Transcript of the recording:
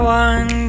one